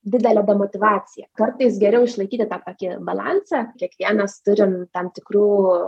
didelę motyvaciją kartais geriau išlaikyti tą tokį balansą kiekvienas turim tam tikrų